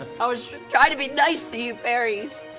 i was trying to be nice to you fairies!